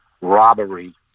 robbery